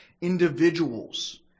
Individuals